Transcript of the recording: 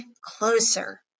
closer